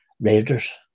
raiders